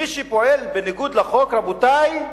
מי שפועלת בניגוד לחוק, רבותי,